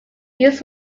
used